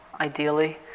ideally